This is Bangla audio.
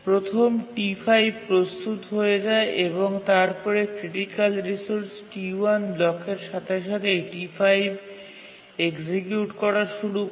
প্রথম T5 প্রস্তুত হয়ে যায় এবং তারপরে ক্রিটিকাল রিসোর্স T1 ব্লকের সাথে সাথেই T5 এক্সিকিউট করা শুরু করে